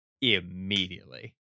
immediately